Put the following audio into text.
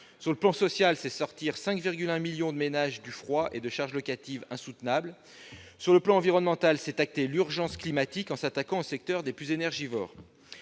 Sur le plan social, c'est sortir 5,1 millions de ménages du froid et de charges locatives insoutenables. Sur le plan environnemental, c'est acter l'urgence climatique en s'attaquant aux secteurs des plus énergivores.